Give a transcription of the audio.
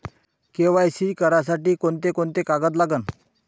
KYC करासाठी कोंते कोंते कागद लागन?